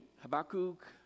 Habakkuk